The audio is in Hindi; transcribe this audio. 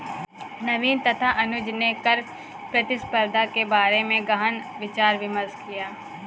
नवीन तथा अनुज ने कर प्रतिस्पर्धा के बारे में गहन विचार विमर्श किया